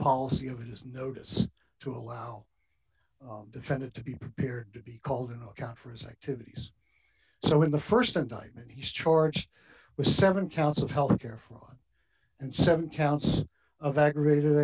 policy of his notice to allow defendant to be prepared to be called in account for his activities so in the st indictment he's charged with seven counts of healthcare fraud and seven counts of aggravated